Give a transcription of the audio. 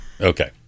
okay